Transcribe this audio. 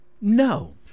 no